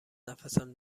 نفسم